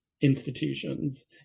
institutions